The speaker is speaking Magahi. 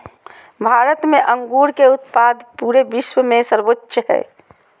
भारत में अंगूर के उत्पाद पूरे विश्व में सर्वोच्च हइ